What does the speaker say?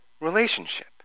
relationship